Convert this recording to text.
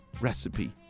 recipe